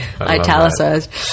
Italicized